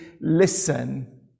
listen